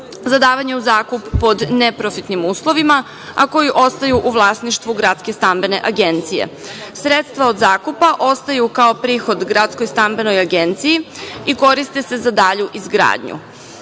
za davanje u zakup pod neprofitnim uslovima, a koji ostaju u vlasništvu gradske stambene agencije. Sredstva od zakupa ostaju kao prihod gradskoj stambenoj agenciji i koriste se za dalju izgradnju. Grad